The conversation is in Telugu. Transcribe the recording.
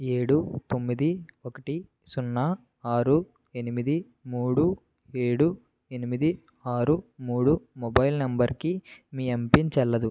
ఏడు తొమ్మిది ఒకటి సున్నా ఆరు ఎనిమిది మూడు ఏడు ఎనిమిది ఆరు మూడు మొబైల్ నంబరుకి మీ ఎమ్పిన్ చెల్లదు